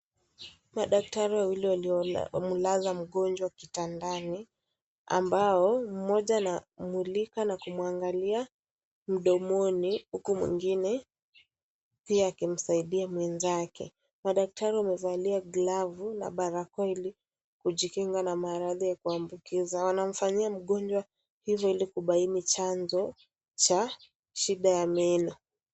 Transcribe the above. Madaktari wawili wamelaza mgonjwa kitandani, ambao mmoja anamulika na kumwangalia mdomoni huku mwingine pia akisaindia mwenzake. Madaktari wamevalia glavu na barakoa ili kujikinga na maradhi ya kuambukiza. Wanamfanyia mgonjwa hivo ili kubaini chanzo cha shida ya meno.